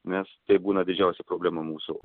nes tai būna didžiausia problema mūsų